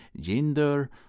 gender